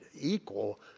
equal